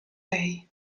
lei